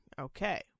Okay